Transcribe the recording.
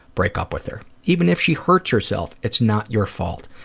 break up with her. even if she hurts herself, it's not your fault.